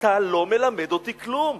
אתה לא מלמד אותי כלום.